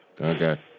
Okay